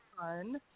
fun